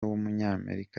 w’umunyamerika